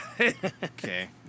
Okay